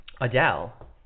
Adele